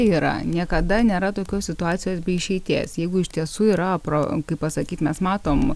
yra niekada nėra tokios situacijos be išeities jeigu iš tiesų yra pro kaip pasakyt mes matom